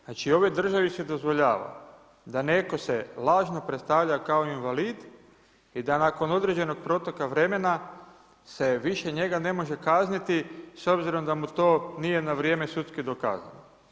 Znači u ovoj državi se dozvoljava, da netko se lažno predstavlja kao invalid i da nakon određenog proteka vremena se više njega ne može kazniti s obzirom da mu to nije na vrijeme sudski dokazano.